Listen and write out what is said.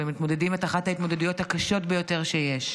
והם מתמודדים את אחת ההתמודדויות הקשות ביותר שיש.